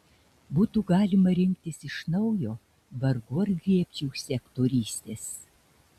būtų galima rinktis iš naujo vargu ar griebčiausi aktorystės